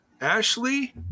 Ashley